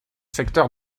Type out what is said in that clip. secteur